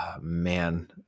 man